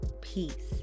peace